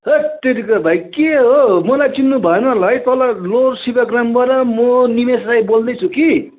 हेत्तेरिका भाइ के हो मलाई चिन्नुभएन होला है तल लोवर शिवग्रामबाट म निमेष राई बोल्दैछु कि